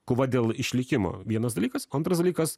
kova dėl išlikimo vienas dalykas o antras dalykas